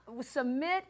submit